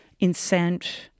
incent